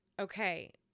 okay